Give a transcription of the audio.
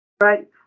right